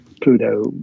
Pluto